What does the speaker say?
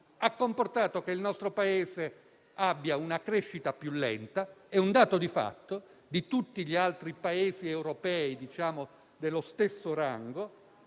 ha comportato che il nostro Paese abbia una crescita più lenta - è un dato di fatto - di tutti gli altri Paesi europei dello stesso rango